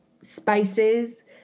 spices